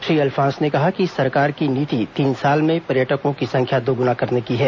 श्री अल्फॉन्स ने कहा कि सरकार की नीति तीन साल में पर्यटकों की संख्या को दोगुना करने की है